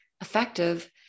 effective